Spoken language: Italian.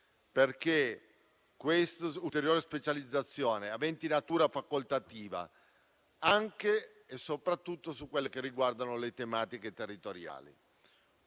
perché questa ulteriore specializzazione ha natura facoltativa, anche e soprattutto su quelle che riguardano le tematiche territoriali.